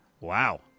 Wow